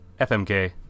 FMK